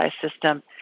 system